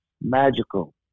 magical